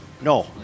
No